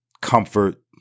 comfort